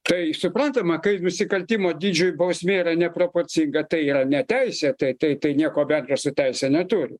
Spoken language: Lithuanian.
tai suprantama kai nusikaltimo dydžiui bausmė yra neproporcinga tai yra neteisėta tai tai nieko bendro su teise neturi